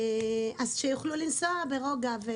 אז שיוכלו לנסוע ברוגע.